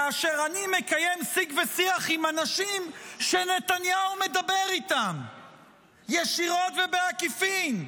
כאשר אני מקיים שיג ושיח עם אנשים שנתניהו מדבר איתם ישירות ובעקיפין.